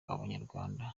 abanyarwanda